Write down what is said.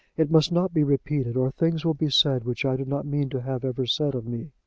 it must not be repeated, or things will be said which i do not mean to have ever said of me.